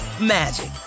magic